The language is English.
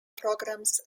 programmes